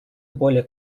более